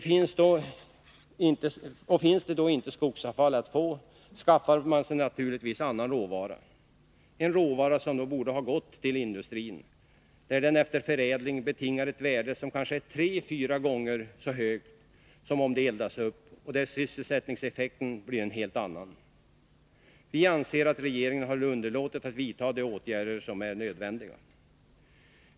Finns då inte skogsavfall att få, skaffar man naturligtvis annan råvara — en råvara som borde ha gått till industrin, där den efter förädling betingar ett värde som kanske är tre fyra gånger så högt som värdet när den eldas upp och då sysselsättningseffekten blir en helt annan. Vi anser att regeringen har underlåtit att vidta de åtgärder som är nödvändiga.